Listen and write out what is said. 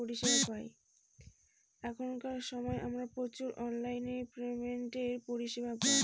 এখনকার সময় আমরা প্রচুর অনলাইন পেমেন্টের পরিষেবা পাবো